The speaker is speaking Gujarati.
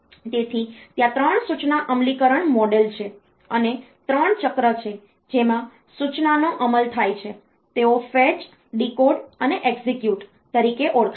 તેથી ત્યાં 3 સૂચના અમલીકરણ મોડલ છે અને 3 ચક્ર છે જેમાં સૂચનાનો અમલ થાય છે તેઓ ફેચ ડિકોડ અને એક્ઝિક્યુટ execute અમલમાં મૂકવું તરીકે ઓળખાય છે